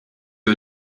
you